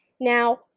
Now